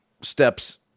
steps